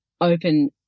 open